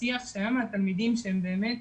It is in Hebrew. ושיח שהיה מהתלמידים שהם באמת